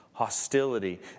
hostility